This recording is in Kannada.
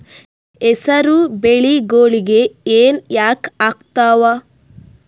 ಹೆಸರು ಬೆಳಿಗೋಳಿಗಿ ಹೆನ ಯಾಕ ಆಗ್ತಾವ?